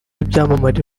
b’ibyamamare